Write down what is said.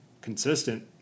consistent